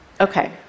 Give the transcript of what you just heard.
Okay